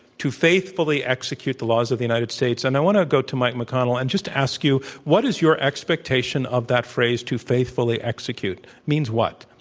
to faithfully execute the laws of the united states. and i want to go to mike mcconnell and just ask you, what is your expectation of that phrase, to faithfully execute? means what?